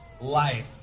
life